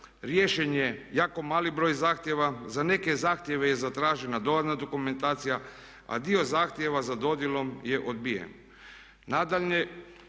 Riješen je jako mali broj zahtjeva. Za neke zahtjeve je zatražena dodatna dokumentacija, a dio zahtjeva za dodjelom je odbijen.